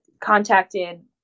contacted